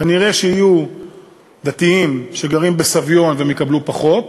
כנראה יהיו דתיים שגרים בסביון והם יקבלו פחות,